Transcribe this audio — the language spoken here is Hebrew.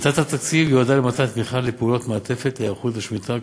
יתרת התקציב יועדה לתמיכה בפעולות מעטפת להיערכות לשמיטה,